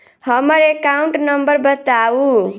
हम्मर account number बताऊ?